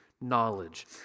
knowledge